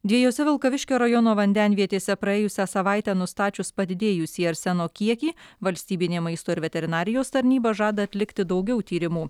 dviejose vilkaviškio rajono vandenvietėse praėjusią savaitę nustačius padidėjusį arseno kiekį valstybinė maisto ir veterinarijos tarnyba žada atlikti daugiau tyrimų